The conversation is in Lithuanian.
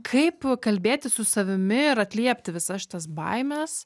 kaip kalbėtis su savimi ir atliepti visas šitas baimes